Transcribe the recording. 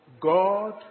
God